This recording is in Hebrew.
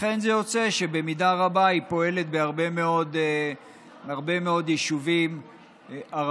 לכן זה יוצא שבמידה רבה היא פועלת בהרבה מאוד יישובים ערביים,